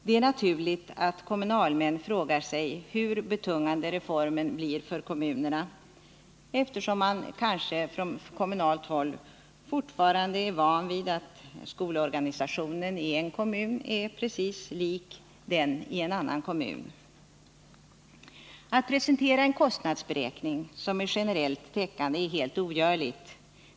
Det är naturligt att kommunalmän frågar sig hur betungande reformen blir för kommunerna, eftersom man från kommunalt håll är van vid att skolorganisationen i en kommun är precis lik den i en annan kommun. Att presentera en kostnadsberäkning som är generellt täckande är helt ogörligt.